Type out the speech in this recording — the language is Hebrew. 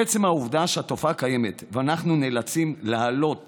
עצם העובדה שהתופעה קיימת ואנחנו נאלצים להעלות